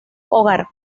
hogar